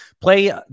play